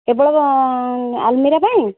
କେବଳ ଆଲମିରା ପାଇଁ